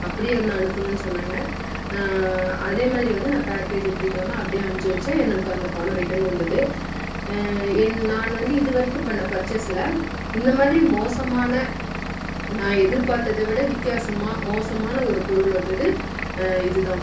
அப்படியே வந்து அனுப்புங்கன்னு சொன்னாங்க அதே மாதிரி வந்து நான் பேக்கேஜ்ஜை பிரிக்காமல் அப்படியே அமிச்சு வைச்சேன் எனக்கு அந்த பணம் ரிட்டன் வந்தது என் நான் வந்து இதுவரைக்கும் பண்ண பர்சேஸில் இந்த மாதிரி மோசமான நான் எதிர்பாத்ததை விட வித்தியாசமா மோசமான ஒரு பொருள் வந்தது இது தான்